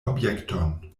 objekton